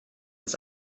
ist